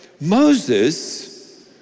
Moses